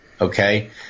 Okay